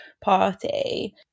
party